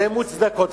והן מוצדקות.